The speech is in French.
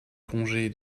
congé